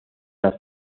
las